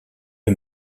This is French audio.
eux